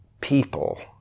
people